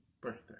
birthday